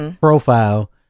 Profile